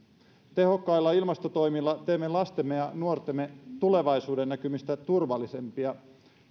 tehokkailla ilmastotoimilla teemme lastemme ja nuortemme tulevaisuudennäkymistä turvallisempia